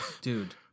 dude